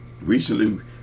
Recently